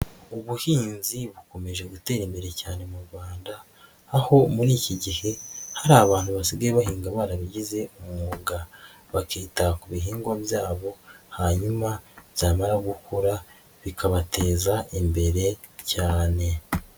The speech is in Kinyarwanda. Ubuhinzi bukomeje gutera imbere cyane mu Rwanda, aho muri iki gihe hari abantu basigaye bahinga barabigize umwuga. Bakita ku bihingwa byabo, hanyuma byamara gukura bikabateza imbere cyane.